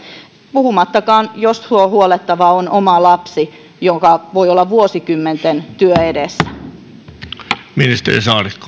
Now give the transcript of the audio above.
puhumattakaan jos tuo huollettava on oma lapsi jolloin voi olla vuosikymmenten työ edessä